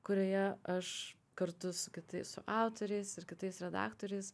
kurioje aš kartu su kitais autoriais ir kitais redaktoriais